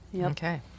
Okay